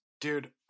Dude